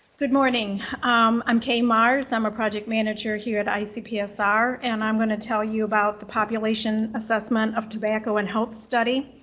good morning i'm kaye marz, i'm a project manager here at icpsr and i'm going to tell you about the population assessment of tobacco and health study.